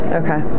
okay